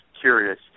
curious